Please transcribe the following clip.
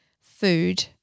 food